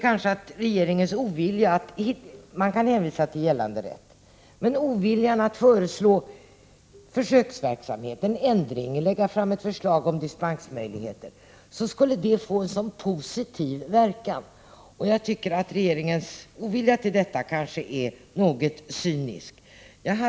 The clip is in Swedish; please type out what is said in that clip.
Man kan hänvisa till gällande rätt, men förslag om försöksverksamhet, en ändring, att lägga fram förslag till dispensmöjligheter skulle få stor positiv verkan. Regeringens ovilja till detta är kanske något cynisk.